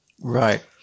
Right